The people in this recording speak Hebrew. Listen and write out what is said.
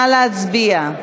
נא להצביע.